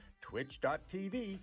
twitch.tv